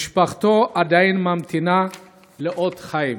משפחתו עדיין ממתינה לאות חיים.